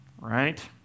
right